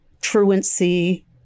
truancy